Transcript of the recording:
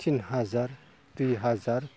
थिन हाजार दुइ हाजार